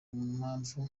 mpamvu